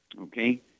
Okay